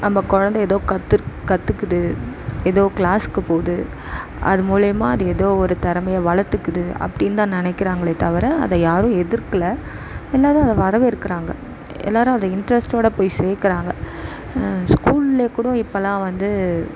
நம்ம கொழந்த ஏதோ கற்றுக்குது ஏதோ கிளாஸ்க்கு போகுது அது மூலமா அது ஏதோ ஒரு திறமைய வளர்த்துக்குது அப்டின்னு தான் நினைக்குறாங்களே தவிர அதை யாரும் எதிர்க்கில எல்லோரும் அதை வரவேற்கிறாங்க எல்லோரும் அதை இன்ட்ரெஸ்ட்டோட போய் சேக்கிறாங்க ஸ்கூல்லேயே கூட இப்போலாம் வந்து